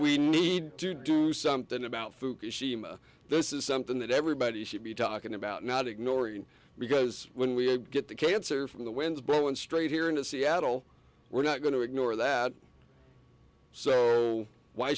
we need to do something about fukushima this is something that everybody should be talking about not ignoring because when we get the cancer from the winds blow in straight here in the seattle we're not going to ignore that so why